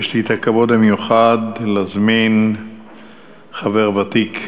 יש לי הכבוד המיוחד להזמין חבר ותיק,